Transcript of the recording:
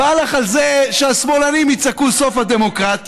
בא לך על זה שהשמאלנים יצעקו: סוף הדמוקרטיה,